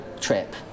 trip